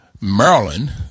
Maryland